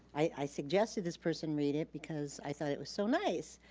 i suggested this person read it because i thought it was so nice.